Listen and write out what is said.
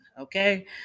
Okay